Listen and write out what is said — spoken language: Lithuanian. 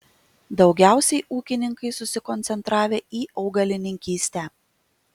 daugiausiai ūkininkai susikoncentravę į augalininkystę